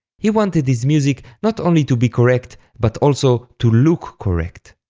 he wanted his music not only to be correct, but also to look correct.